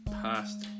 past